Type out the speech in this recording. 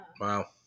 Wow